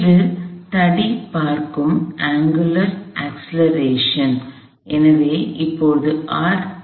இது தடி பார்க்கும் அங்குலார் அக்ஸ்லெரஷன் கோண முடுக்கம்angular acceleration